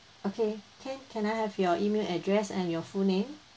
okay can can I have your email address and your full name